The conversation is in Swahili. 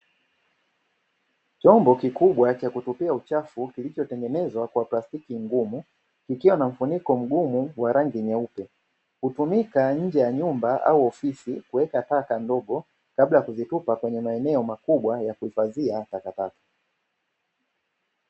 Chombo kikubwa cha kutupia uchafu, kilichotengenezwa kwa plastiki ngumu, kikiwa na mfuniko mgumu wa rangi nyeupe. Hutumika nje ya nyumba au ofisini kuweka taka ndogo kabla ya kuzitupa kwenye maeneo makubwa ya kuhifadhia takataka.